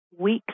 weeks